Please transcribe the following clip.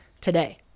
Today